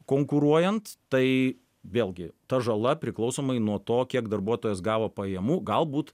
konkuruojant tai vėlgi ta žala priklausomai nuo to kiek darbuotojas gavo pajamų galbūt